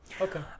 Okay